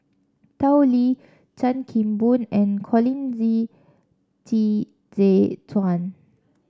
Tao Li Chan Kim Boon and Colin Zi Qi Zhe Quan